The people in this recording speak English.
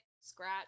Scratch